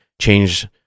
change